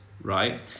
right